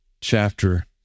chapter